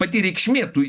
pati reikšmė tų